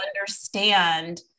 understand